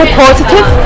positive